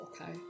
okay